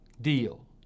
deal